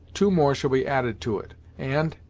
two more shall be added to it, and,